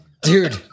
Dude